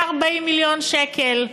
140 מיליון שקל.